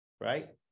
right